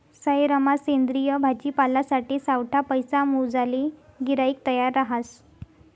सयेरमा सेंद्रिय भाजीपालासाठे सावठा पैसा मोजाले गिराईक तयार रहास